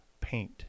paint